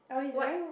what